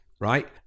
right